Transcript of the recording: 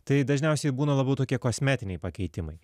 tai dažniausiai būna labiau tokie kosmetiniai pakeitimai